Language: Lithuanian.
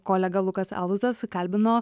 kolega lukas alusas kalbino